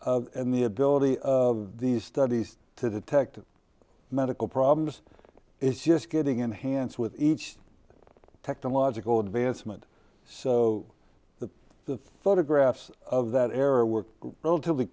and the ability of these studies to detect medical problems is just getting enhanced with each technological advancement so the photographs of that era were relatively